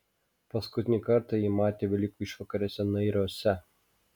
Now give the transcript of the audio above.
paskutinį kartą jį matė velykų išvakarėse nairiuose